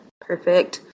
perfect